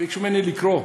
ביקשו ממני לקרוא,